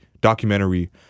documentary